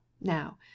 now